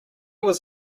was